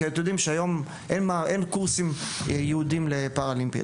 כי אתם יודעים שהיום אין קורסים ייעודיים לפרה-אולימפי.